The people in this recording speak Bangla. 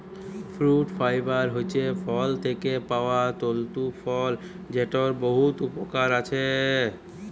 ফুরুট ফাইবার হছে ফল থ্যাকে পাউয়া তল্তু ফল যেটর বহুত উপকরল আছে